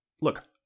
Look